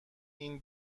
این